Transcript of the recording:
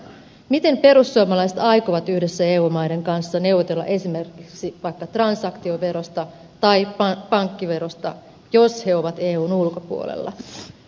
miten perussuomalaiset aikovat yhdessä eu maiden kanssa neuvotella esimerkiksi vaikka transaktioverosta tai pankkiverosta jos he ovat eun ulkopuolella